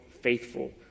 faithful